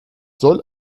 soll